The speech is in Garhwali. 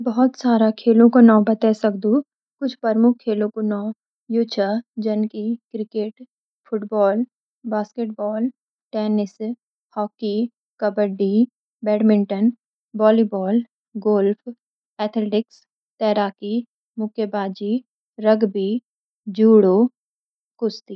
मैं बहुत सारा खेलू कु नौ बते सकदू कुछ प्रमुख खेलों कु नौ यू छ जन कि: cricket football basketball tennis hockey kabaddi badminton volleyball golf athletics तैराकी मुक्केबाजी रग्बी जूडो कुश्ती